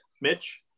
Mitch